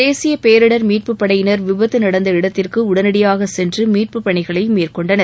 தேசிய பேரிடர் மீட்பு படையினர் விபத்து நடந்த இடத்திற்கு உடனடியாக சென்று மீட்பு பணிகளை மேற்கொண்டனர்